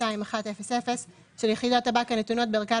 24.03.911100 ו-24.03.992100 של יחידות טבק הנתונות בערכה